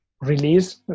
release